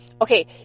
okay